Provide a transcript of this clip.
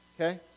Okay